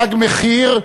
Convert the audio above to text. "תג מחיר"